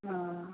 हँ